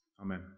Amen